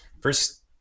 first